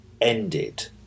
ended